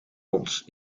ons